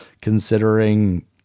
considering